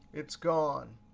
it's gone.